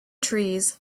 trees